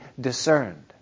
discerned